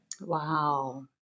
Wow